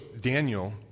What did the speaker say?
Daniel